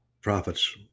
prophets